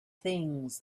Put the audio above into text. things